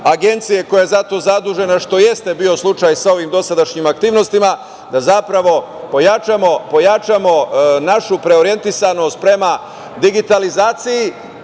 koja je za to zadužena, što jeste bio slučaj sa ovim dosadašnjim aktivnostima, da zapravo pojačamo našu preorijentisanost prema digitalizaciji,